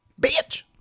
Bitch